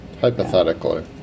hypothetically